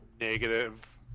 negative